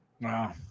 Wow